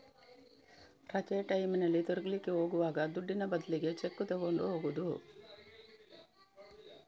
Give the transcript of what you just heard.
ರಜೆ ಟೈಮಿನಲ್ಲಿ ತಿರುಗ್ಲಿಕ್ಕೆ ಹೋಗುವಾಗ ದುಡ್ಡಿನ ಬದ್ಲಿಗೆ ಚೆಕ್ಕು ತಗೊಂಡು ಹೋಗುದು